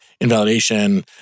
invalidation